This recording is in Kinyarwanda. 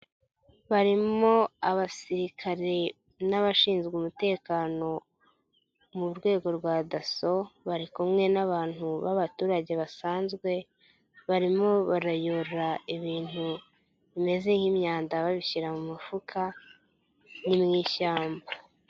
Barimo abasirikare n'abashinzwe umutekano mu rwego rwa DASSO. Bari kumwe n'abantu b'abaturage basanzwe, barimo barayora ibintu bimeze nk'imyanda babishyira mu mufuka ni mu ishyamba.